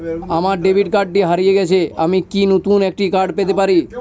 আমার ডেবিট কার্ডটি হারিয়ে গেছে আমি কি নতুন একটি কার্ড পেতে পারি?